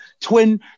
twin